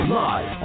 live